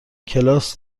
کلاس